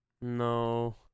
no